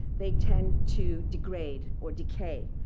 they tend to degrade or decay,